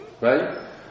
right